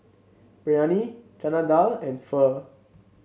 Biryani Chana Dal and Pho